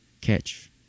catch